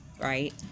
right